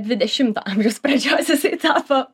dvidešimto amžiaus pradžios jisai tapo